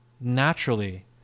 naturally